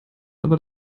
aber